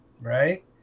right